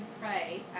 pray